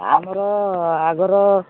ଆମର ଆଗରୁ